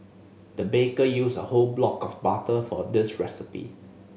the baker used a whole block of butter for this recipe